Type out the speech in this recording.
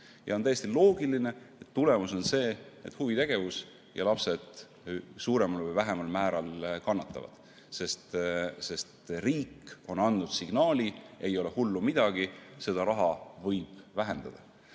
On täiesti loogiline tulemus, et huvitegevus ja lapsed suuremal või vähemal määral kannatavad, sest riik on andnud signaali: ei ole hullu midagi, seda raha võib vähendada.